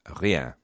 rien